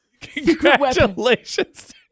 Congratulations